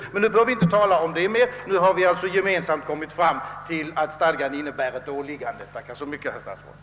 Nu behöver vi emellertid inte tala mer om detta, ty vi har gemensamt kommit fram till att stadgan innebär ett åliggande. Tack för det, herr statsråd.